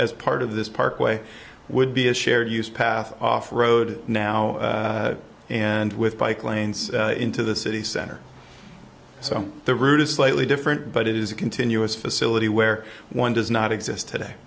as part of this parkway would be a shared use path off road now and with bike lanes into the city center so the route is slightly different but it is a continuous facility where one does not exist today